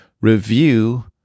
review